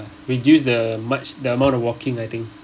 reduce the much the amount of walking I think